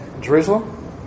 Jerusalem